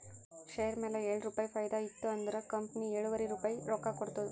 share ಮ್ಯಾಲ ಏಳು ರುಪಾಯಿ ಫೈದಾ ಇತ್ತು ಅಂದುರ್ ಕಂಪನಿ ಎಳುವರಿ ರುಪಾಯಿ ರೊಕ್ಕಾ ಕೊಡ್ತುದ್